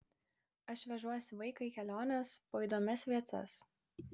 aš vežuosi vaiką į keliones po įdomias vietas